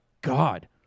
God